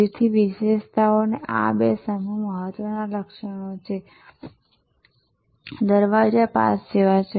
તેથી વિશેષતાઓના આ બે સમૂહ મહત્વના લક્ષણો દરવાજા પાસ જેવા છે